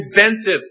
inventive